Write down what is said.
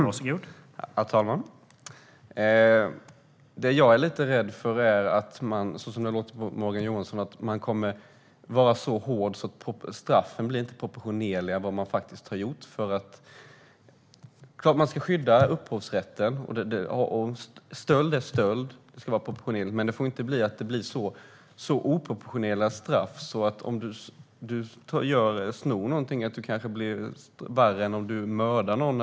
Herr talman! Det jag är lite rädd för är att man, som det låter på Morgan Johansson, kommer att vara så hård att straffen inte kommer att stå i proportion till vad man har gjort. Det är klart att man ska skydda upphovsrätten. Stöld är stöld. Men det ska vara proportionerligt. Det får inte bli så oproportionerliga straff att det blir värre om du snor något än om du mördar någon.